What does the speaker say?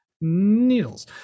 Needles